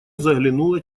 заглянула